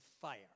fire